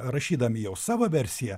rašydami jau savo versiją